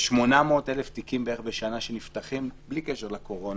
יש בערך 800,000 תיקים בשנה שנפתחים בלי קשר לקורונה,